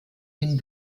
den